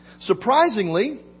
Surprisingly